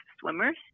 swimmers